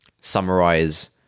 summarize